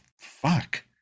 fuck